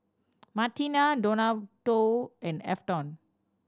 Martina Donato and Afton